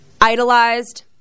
idolized